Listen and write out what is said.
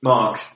Mark